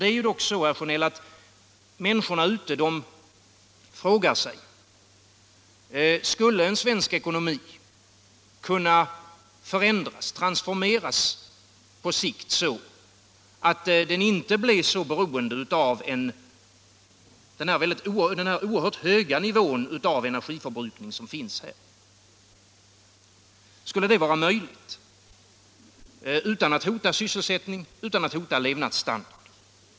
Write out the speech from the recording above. Det är dock så, herr Sjönell, att människorna ute i samhället frågar sig: Skulle en svensk ekonomi kunna förändras, transformeras, på sikt så att den inte blir så beroende av den här oerhört höga nivån av energiförbrukning som finns här? Skulle det vara möjligt utan att hota sysselsättning och levnadsstandard?